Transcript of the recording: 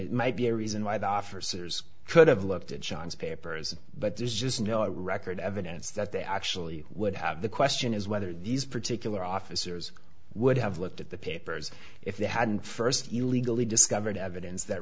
it might be a reason why the officers could have looked at john's papers but there's just no record evidence that they actually would have the question is whether these particular officers would have looked at the papers if they hadn't first illegally discovered evidence that